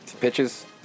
pitches